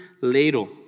ladle